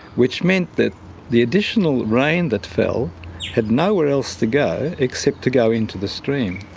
which meant that the additional rain that fell had nowhere else to go except to go into the stream.